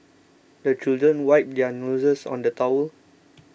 the children wipe their noses on the towel